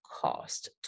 cost